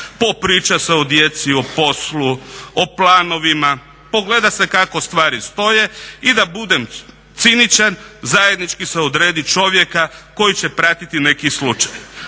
popriča se o djeci, o poslu, o planovima, pogleda se kako stvari stoje i da budem ciničan zajednički se odredi čovjeka koji će pratiti neki slučaj.